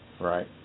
Right